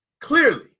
clearly